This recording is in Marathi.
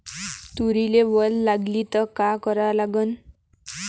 तुरीले वल लागली त का करा लागन?